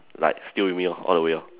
like still with me lor all the way lor